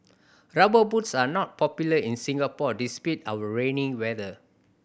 Rubber Boots are not popular in Singapore despite our rainy weather